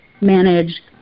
manage